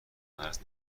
مرز